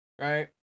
right